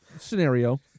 scenario